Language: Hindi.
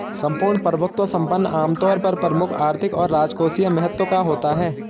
सम्पूर्ण प्रभुत्व संपन्न आमतौर पर प्रमुख आर्थिक और राजकोषीय महत्व का होता है